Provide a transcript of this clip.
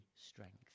strength